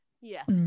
Yes